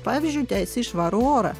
pavyzdžiui teisė į švarų orą